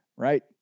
Right